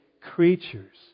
creatures